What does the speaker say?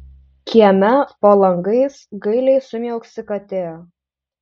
kieme po langais gailiai sumiauksi katė